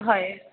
হয়